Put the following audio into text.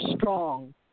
strong